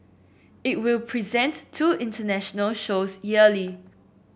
it will present two international shows yearly